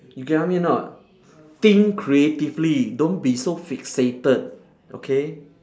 you get what I mean or not think creatively don't be so fixated okay